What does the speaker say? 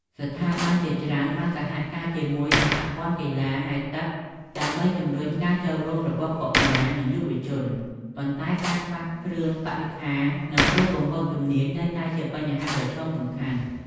ស្ថាប័នជាច្រើនបានសហការជាមួយសហព័ន្ធកីឡាហែលទឹកដើម្បីជំរុញការចូលរួមរបស់កុមារនិងយុវជន ប៉ុន្តែការខ្វះគ្រឿងបរិក្ខារ និងគ្រូបង្វឹកជំនាញនៅតែជាបញ្ហាប្រឈមសំខាន់។